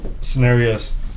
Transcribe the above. scenarios